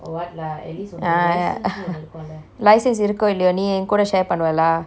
ya license இருக்கோ இல்லையோ நீ எண்கூட:irukko illaiyo nee enkoode share பண்ணுவ:pannuve lah